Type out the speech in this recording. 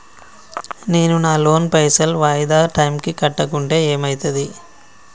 నేను నా లోన్ పైసల్ వాయిదా టైం కి కట్టకుంటే ఏమైతది?